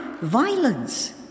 violence